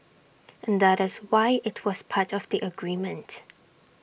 and that is why IT was part of the agreement